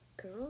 Girl